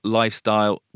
lifestyle